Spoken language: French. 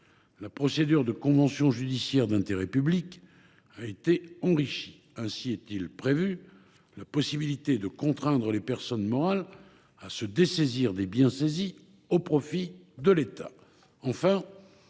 La procédure de convention judiciaire d’intérêt public (CJIP) a été enrichie. La possibilité de contraindre les personnes morales à se dessaisir des biens saisis au profit de l’État